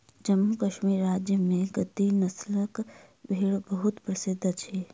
जम्मू कश्मीर राज्य में गद्दी नस्लक भेड़ बहुत प्रसिद्ध अछि